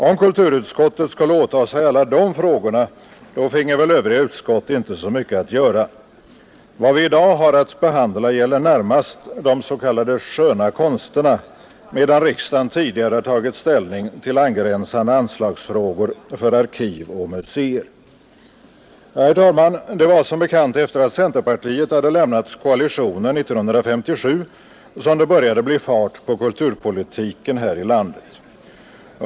Om kulturutskottet skulle åta sig alla de frågorna, finge väl övriga utskott inte så mycket att göra. Vad vi i dag har att behandla gäller närmast de s.k. sköna konsterna, medan riksdagen tidigare tagit ställning till angränsande anslagsfrågor för arkiv och museer. Herr talman! Det var som bekant efter att centerpartiet hade lämnat koalitionen 1957 som det började bli fart på kulturpolitiken här i landet.